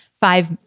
five